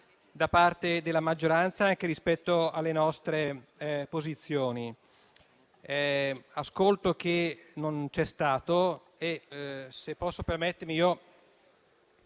da parte della maggioranza, anche rispetto alle nostre posizioni. Questo ascolto non c'è stato e, se posso permettermi,